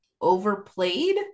overplayed